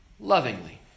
Lovingly